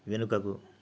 వెనుకకు